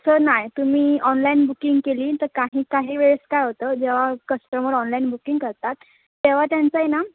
तसं नाही तुम्ही ऑनलाईन बुकिंग केलीत तर काही काही वेळेस काय होतं जेव्हा कस्टमर ऑनलाईन बुकिंग करतात तेव्हा त्यांचं आहे ना